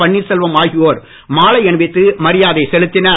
பன்னீர்செல்வம் மாலை அணிவித்து மரியாதை செலுத்தினர்